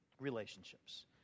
relationships